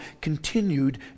continued